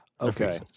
Okay